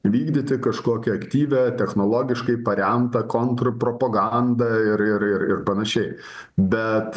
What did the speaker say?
vykdyti kažkokią aktyvią technologiškai paremtą kontrpropagandą ir ir ir ir panašiai bet